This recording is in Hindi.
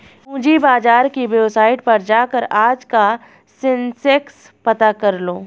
पूंजी बाजार की वेबसाईट पर जाकर आज का सेंसेक्स पता करलो